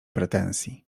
pretensji